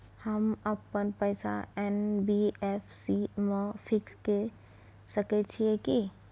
हम अपन पैसा एन.बी.एफ.सी म फिक्स के सके छियै की?